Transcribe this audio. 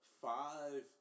five